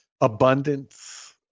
abundance